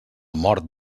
mort